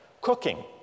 Cooking